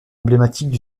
emblématiques